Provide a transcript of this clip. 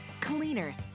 cleaner